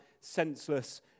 senseless